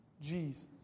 Jesus